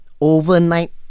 overnight